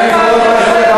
לבינך.